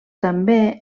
també